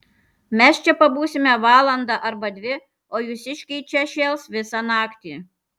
mes čia pabūsime valandą arba dvi o jūsiškiai čia šėls visą naktį